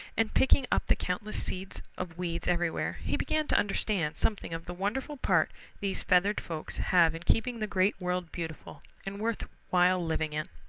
and picking up the countless seeds of weeds everywhere, he began to understand something of the wonderful part these feathered folks have in keeping the great world beautiful and worth while living in.